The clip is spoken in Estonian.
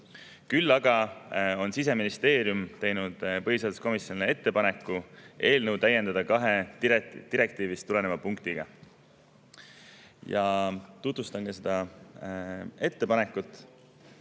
Küll aga on Siseministeerium teinud põhiseaduskomisjonile ettepaneku täiendada eelnõu kahe direktiivist tuleneva punktiga. Ja tutvustangi seda ettepanekut.